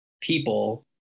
people